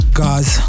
guys